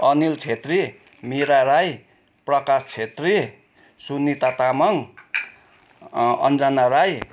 Anil Chhetri Meera Rai Prakash Chhetri Sunita Tamang Anjana Rai